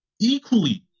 equally